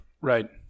Right